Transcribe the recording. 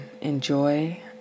enjoy